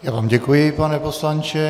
Já vám děkuji, pane poslanče.